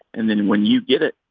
and then when you get it,